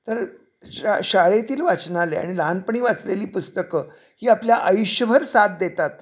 तर शा शाळेतील वाचनालय आणि लहानपणी वाचलेली पुस्तकं ही आपल्या आयुष्यभर साथ देतात